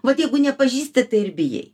vat jeigu nepažįsti tai ir bijai